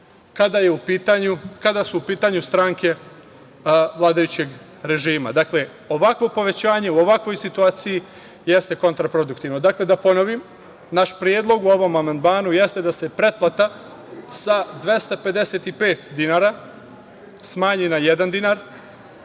kada su u pitanju stranke vladajućeg režima. Dakle, ovakvo povećanje u ovakvoj situaciji jeste kontraproduktivno. Da ponovim, naš predlog u ovom amandmanu jeste da se pretplata sa 255 dinara smanji na jedan